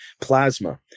plasma